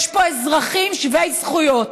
יש פה אזרחים שווי זכויות.